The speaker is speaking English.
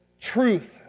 truth